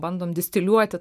bandom distiliuoti